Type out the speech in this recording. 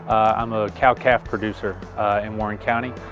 i'm a cow-calf producer in warren county.